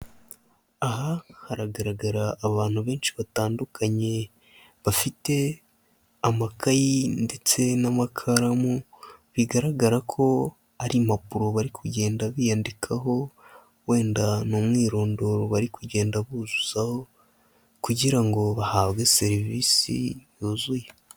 Aha haragaragara abantu benshi batandukanye, bafite amakayi ndetse n'amakaramu, bigaragara ko ari impapuro bari kugenda biyandikaho, wenda ni umwirondoro bari kugenda buzuzaho, kugira ngo bahabwe serivisi yuzuye.